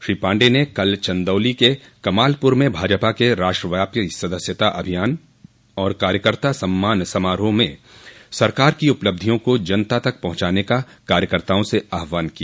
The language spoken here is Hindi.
श्री पाण्डेय ने कल चंदौली के कमालपुर में भाजपा के राष्ट्रव्यापी सदस्यता अभियान और कार्यकर्ता सम्मान समारोह मे सरकार की उपलब्धियों को जनता तक पहुंचाने का कार्यकर्ताआं से आह्वान किया